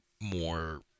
more